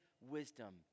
wisdom